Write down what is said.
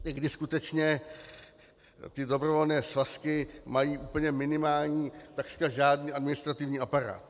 Někdy skutečně dobrovolné svazky mají úplně minimální, takřka žádný administrativní aparát.